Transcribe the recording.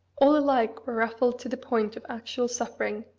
all alike were ruffled to the point of actual suffering,